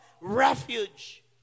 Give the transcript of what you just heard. refuge